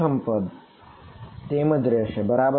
પ્રથમ પદ તેમ જ રહેશે બરાબર